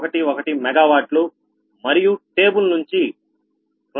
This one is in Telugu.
11 MW మరియు టేబుల్ నుంచి 266